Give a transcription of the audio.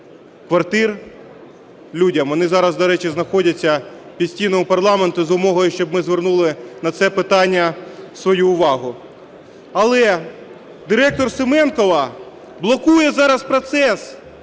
квартир людям. Вони зараз, до речі, знаходяться під стінами парламенту з вимогою, щоб ми звернули на це питання свою увагу. Але директор Семенкова блокує зараз процес.